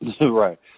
right